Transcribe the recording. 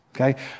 Okay